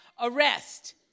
arrest